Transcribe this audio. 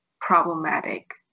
problematic